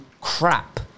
Crap